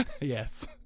yes